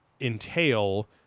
entail